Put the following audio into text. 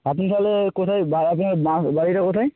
আপনি তাহলে কোথায় আপনার বাড়িটা কোথায়